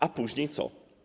A później co?